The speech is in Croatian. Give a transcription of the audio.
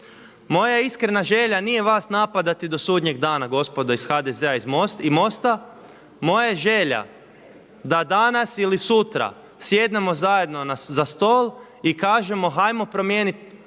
Moja iskrena želja nije vas napadati do sudnjeg dana gospodo iz HDZ-a i MOST-a. Moja je želja da danas ili sutra sjednemo zajedno za stol i kažemo hajmo promijenit